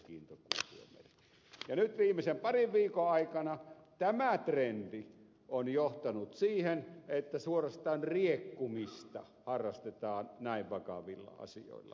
nyt viimeisen parin viikon aikana tämä trendi on johtanut siihen että suorastaan riekkumista harrastetaan näin vakavilla asioilla